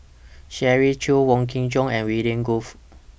Shirley Chew Wong Kin Jong and William Goode